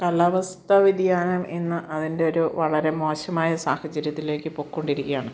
കാലാവസ്ഥാ വ്യതിയാനം ഇന്ന് അതിൻറ്റൊരു വളരെ മോശമായ സാഹചര്യത്തിലേക്കു പൊയ്ക്കൊണ്ടിരിക്കയാണ്